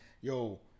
yo